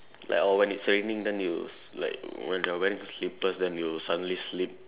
like or when it's raining then you like when you're wearing slippers then you suddenly slip